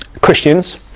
Christians